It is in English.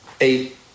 eight